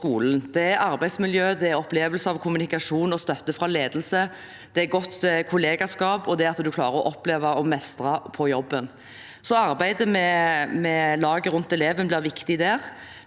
Det er arbeidsmiljøet, det er opplevelser, kommunikasjon og støtte fra ledelse, godt kollegaskap og det at en klarer å oppleve å mestre på jobben. Så arbeider vi med laget rundt eleven, det blir viktig.